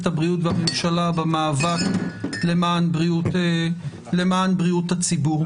הבריאות והממשלה במאבק למען בריאות הציבור.